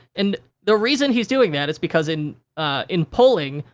and, the reason he's doing that is because, in in polling,